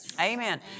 Amen